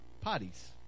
parties